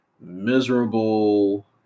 miserable